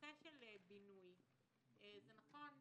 נושא הבינוי נכון,